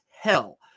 hell